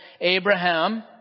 Abraham